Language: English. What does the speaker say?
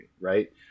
right